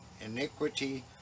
iniquity